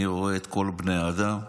אני רואה את כל בני האדם,